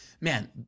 Man